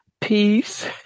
peace